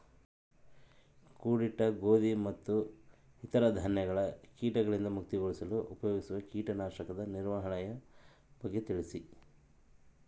ಕೂಡಿಟ್ಟ ಗೋಧಿ ಮತ್ತು ಇತರ ಧಾನ್ಯಗಳ ಕೇಟಗಳಿಂದ ಮುಕ್ತಿಗೊಳಿಸಲು ಉಪಯೋಗಿಸುವ ಕೇಟನಾಶಕದ ನಿರ್ವಹಣೆಯ ಬಗ್ಗೆ ತಿಳಿಸಿ?